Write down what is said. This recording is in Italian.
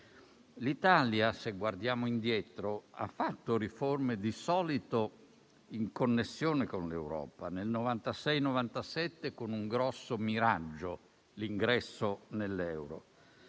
L'Italia, se guardiamo indietro, di solito ha fatto riforme in connessione con l'Europa: nel 1996-1997 con un grosso miraggio, ovvero l'ingresso nell'euro,